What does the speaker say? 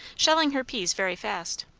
shelling her peas very fast.